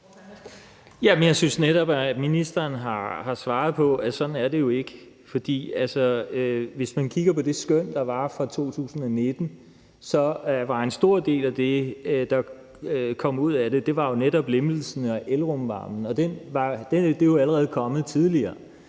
Jeg synes netop, at ministeren har svaret på det og sagt, at det ikke er sådan. Hvis man kigger på det skøn, der var fra 2019, var en stor del af det, der kom ud af det, netop lempelsen af elafgiften på rumvarme, og det er jo allerede kommet tidligere.